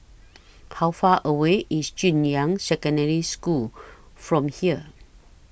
How Far away IS Junyuan Secondary School from here